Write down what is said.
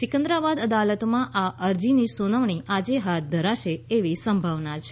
સિંકદરાબાદ અદાલતમાં આ અરજીની સુનાવણી આજે હાથ ધરાશે એવી સંભાવના છે